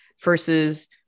versus